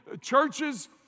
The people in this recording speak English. churches